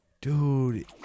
Dude